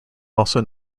also